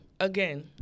Again